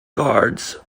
guards